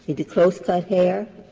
the the close-cut hair,